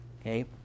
Okay